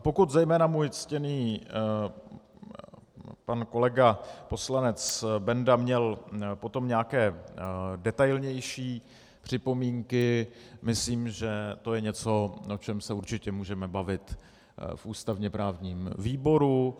Pokud zejména můj ctěný pan kolega poslanec Benda měl potom nějaké detailnější připomínky, myslím, že to je něco, o čem se určitě můžeme bavit v ústavněprávním výboru.